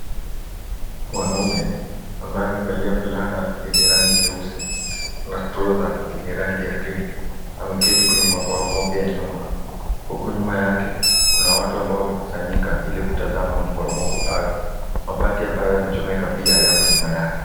Mwanaume ambaye amevalia fulana yenye rangi nyeusi na trouser yenye rangi ya green , ameketi kwenye maporomoko ya nyumba, huku nyuma yake kuna watu ambao wamekusanyika, ili kutazama maporomoko hayo. Mabati ambayo yamechomeka pia yako nyuma yake.